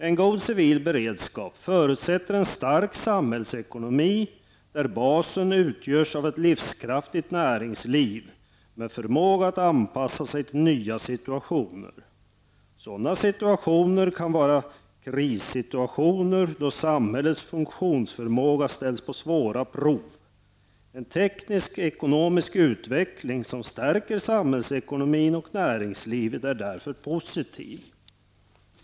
En god civil beredskap förutsätter en stark samhällsekonomi, där basen utgörs av ett livskraftigt näringsliv med förmåga att anpassa sig till nya situationer. Sådana situationer kan vara krissituationer då samhällets funktionsförmåga ställs på svåra prov. En teknisk/ekonomisk utveckling som stärker samhällsekonomin och näringslivet är därför positiv.